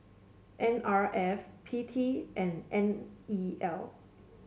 N R F P T and N E L